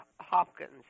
Hopkins